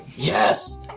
Yes